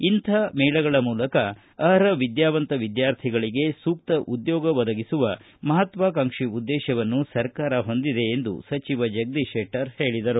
ಇಂತಹ ಮೇಳಗಳ ಮೂಲಕ ಅರ್ಹ ವಿದ್ಯಾವಂತ ವಿದ್ಯಾರ್ಥಿಗಳಿಗೆ ಸೂಕ್ತ ಉದ್ಯೋಗ ಒದಗಿಸುವ ಮಹತ್ವಾಕಾಂಕ್ಷಿ ಉದ್ದೇಶವನ್ನು ಸರ್ಕಾರ ಹೊಂದಿದೆ ಎಂದು ಸಚಿವ ಜಗದೀಶ್ ಶೆಟ್ಟರ್ ಹೇಳಿದರು